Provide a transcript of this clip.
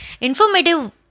informative